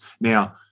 Now